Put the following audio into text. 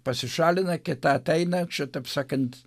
pasišalina kita ateina čia taip sakant